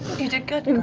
you did good,